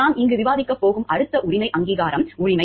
நாம் இங்கு விவாதிக்கப் போகும் அடுத்த உரிமை அங்கீகாரம் உரிமை